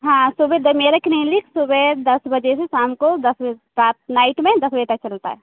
हाँ सुबह द मेरा क्लीनिक सुबह दस बजे से शाम को दस बजे रात नाइट में दस बजे तक चलता है